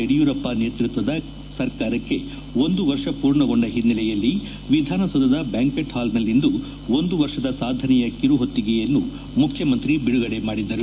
ಯಡಿಯೂರಪ್ಪ ನೇತೃತ್ವದ ಕರ್ನಾಟಕ ಸರ್ಕಾರಕ್ಕೆ ಒಂದು ವರ್ಷ ಪೂರ್ಣಗೊಂಡ ಹಿನ್ನೆಲೆಯಲ್ಲಿ ವಿಧಾನಸೌಧದ ಬ್ಲಾಂಕ್ಷೆಂಟ್ ಹಾಲ್ನಲ್ಲಿಂದು ಒಂದು ವರ್ಷದ ಸಾಧನೆಯ ಕಿರುಹೊತ್ತಿಗೆಯನ್ನು ಮುಖ್ಯಮಂತ್ರಿ ಬಿಡುಗಡೆ ಮಾಡಿದರು